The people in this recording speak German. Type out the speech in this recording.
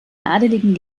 adeligen